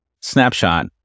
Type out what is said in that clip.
snapshot